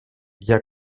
για